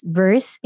verse